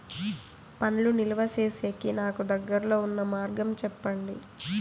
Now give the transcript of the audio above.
పండ్లు నిలువ సేసేకి నాకు దగ్గర్లో ఉన్న మార్గం చెప్పండి?